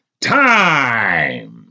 time